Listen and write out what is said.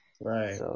Right